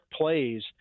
plays